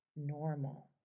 normal